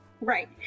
Right